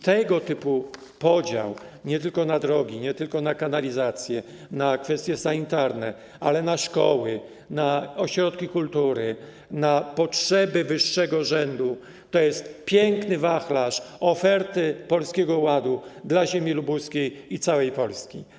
Tego typu podział, nie tylko na drogi, nie tylko na kanalizację, na kwestie sanitarne, ale na szkoły, na ośrodki kultury, na potrzeby wyższego rzędu, to jest piękny wachlarz oferty Polskiego Ładu dla ziemi lubuskiej i całej Polski.